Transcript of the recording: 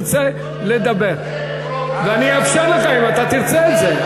אתה יכול לעלות מתי שתרצה לדבר ואני אאפשר לך אם אתה תרצה את זה.